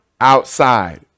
outside